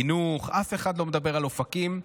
אף אחד לא מדבר על אופקים.